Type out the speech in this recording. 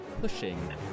pushing